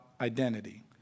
identity